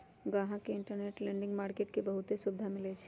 गाहक के interbank lending market में बहुते सुविधा मिलई छई